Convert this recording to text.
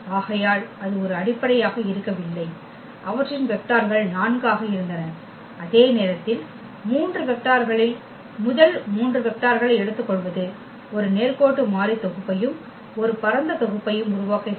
ஆகையால் அது ஒரு அடிப்படையாக இருக்கவில்லை அவற்றின் வெக்டார்கள் 4 ஆக இருந்தன அதே நேரத்தில் 3 வெக்டார்களில் முதல் 3 வெக்டார்களை எடுத்துக்கொள்வது ஒரு நேர்கோட்டு மாறி தொகுப்பையும் ஒரு பரந்த தொகுப்பையும் உருவாக்குகிறது